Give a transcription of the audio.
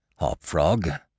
Hopfrog